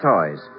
Toys